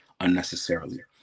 unnecessarily